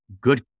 good